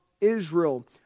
Israel